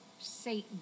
Satan